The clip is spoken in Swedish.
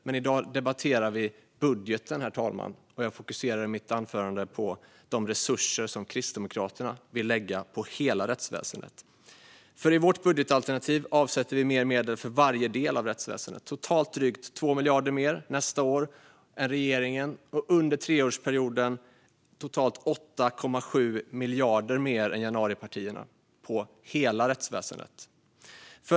Men i dag debatterar vi budgeten, och jag ska fokusera mitt anförande på de resurser som Kristdemokraterna vill lägga på hela rättsväsendet. I vårt budgetalternativ avsätter vi mer medel till varje del av rättsväsendet. Vi satsar drygt 2 miljarder mer än regeringen nästa år, och under treårsperioden lägger vi totalt 8,7 miljarder mer än januaripartierna på hela rättsväsendet.